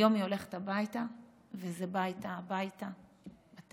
היום היא הולכת הביתה וזה בא איתה הביתה בטלפון,